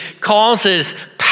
causes